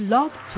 Love